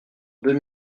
deux